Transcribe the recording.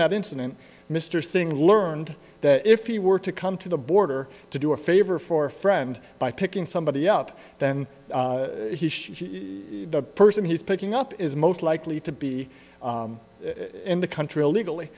that incident mr singh learned that if you were to come to the border to do a favor for a friend by picking somebody up then the person he's picking up is most likely to be in the country illegally